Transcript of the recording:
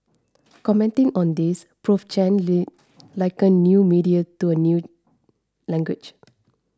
commenting on this Prof Chen link likened a new media to a new language